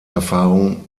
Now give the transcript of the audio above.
erfahrung